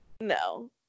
No